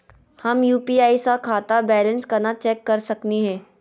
हम यू.पी.आई स खाता बैलेंस कना चेक कर सकनी हे?